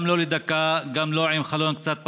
גם לא לדקה, גם לא עם חלון קצת פתוח.